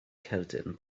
cerdyn